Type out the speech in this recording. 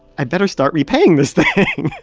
i better start repaying this thing.